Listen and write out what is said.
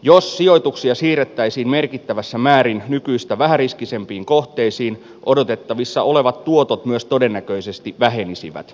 jos sijoituksia siirrettäisiin merkittävässä määrin nykyistä vähäriskisempiin kohteisiin odotettavissa olevat tuotot myös todennäköisesti vähenisivät